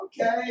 Okay